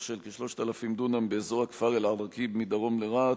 של כ-3,000 דונם באזור הכפר אל-עראקיב מדרום לרהט,